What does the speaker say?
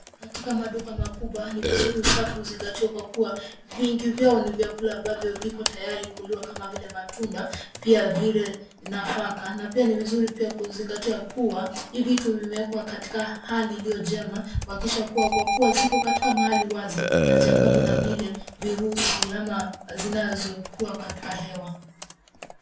Katika maduka makubwa ni vizuri usafi uzingatiwe kwa kuwa vingi vyao ni vyakula ambavyo viko tayari kuliwa kama vile matunda pia vile nafaka. Na pia ni vizuri pia kuzingatia kuwa, hii vitu vimewekwa katika hali iliyo njema kuhakikisha kuwa kwa kuwa ziko katika mahali wazi, hazijapatwa na vile vile virusi ama zinazokuwa katika hewa.